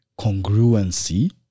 congruency